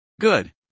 Good